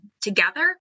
together